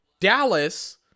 Dallas